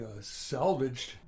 salvaged